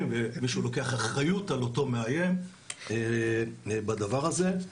ומישהו לוקח אחריות על אותו מאיים בדבר הזה.